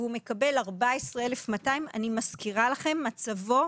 והוא מקבל 14,200 ₪ אני מזכירה לכם: מצבו,